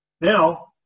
Now